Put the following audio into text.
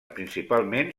principalment